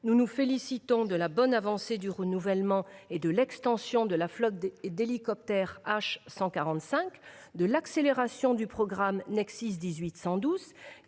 Nous nous réjouissons de la bonne avancée du renouvellement et de l’extension de la flotte d’hélicoptères H145, de l’accélération du programme NexSIS 18 112,